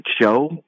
show